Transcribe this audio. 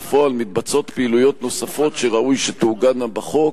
בפועל מתבצעות פעילויות נוספות שראוי שתעוגנה בחוק,